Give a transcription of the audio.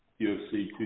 UFC